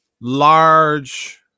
large